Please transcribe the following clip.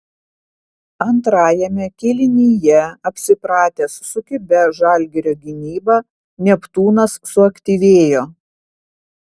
antrajame kėlinyje apsipratęs su kibia žalgirio gynyba neptūnas suaktyvėjo